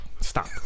Stop